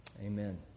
Amen